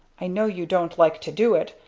i know you don't like to do it,